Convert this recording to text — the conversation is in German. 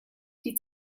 die